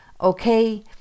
Okay